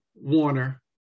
Warner